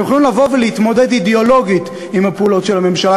אתם יכולים לבוא ולהתמודד אידיאולוגית עם הפעולות של הממשלה,